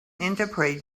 interpret